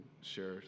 share